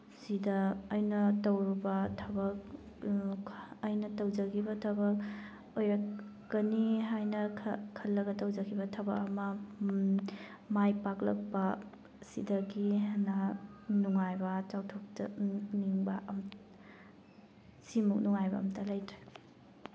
ꯄꯨꯟꯁꯤꯗ ꯑꯩꯅ ꯇꯧꯔꯨꯕ ꯊꯕꯛ ꯑꯩꯅ ꯇꯧꯖꯈꯤꯕ ꯊꯕꯛ ꯑꯣꯏꯔꯛꯀꯅꯤ ꯍꯥꯏꯅ ꯈꯜꯂꯒ ꯇꯧꯖꯈꯤꯕ ꯊꯕꯛ ꯑꯃ ꯃꯥꯏ ꯄꯥꯛꯂꯛꯄ ꯁꯤꯗꯒꯤ ꯍꯦꯟꯅ ꯅꯨꯡꯉꯥꯏꯕ ꯆꯥꯎꯊꯣꯛꯄ ꯅꯤꯡꯕ ꯁꯤꯃꯨꯛ ꯅꯨꯡꯉꯥꯏꯕ ꯑꯝꯇ ꯂꯩꯇꯦ